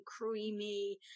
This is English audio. creamy